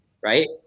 Right